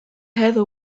heather